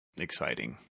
exciting